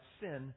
sin